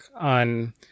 on